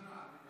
הראשונה.